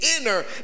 inner